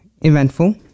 eventful